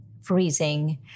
freezing